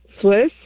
Swiss